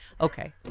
Okay